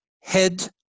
Head